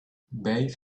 bathe